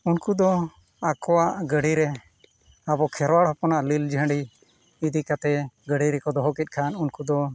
ᱩᱱᱠᱩ ᱫᱚ ᱟᱠᱚᱣᱟᱜ ᱜᱟᱹᱰᱤᱨᱮ ᱟᱵᱚ ᱠᱮᱨᱣᱟᱞ ᱦᱚᱯᱚᱱᱟᱜ ᱱᱤᱞ ᱡᱷᱟᱰᱤ ᱤᱫᱤ ᱠᱟᱛᱮᱫ ᱜᱟᱹᱰᱤ ᱨᱮᱠᱚ ᱫᱚᱦᱚ ᱠᱮᱫ ᱠᱷᱟᱱ ᱩᱱᱠᱩ ᱫᱚ